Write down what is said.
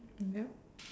yup